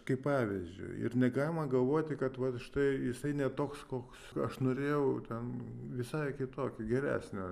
kaip pavyzdžiui ir negalima galvoti kad vat štai jisai ne toks koks aš norėjau ten visai kitokio geresnio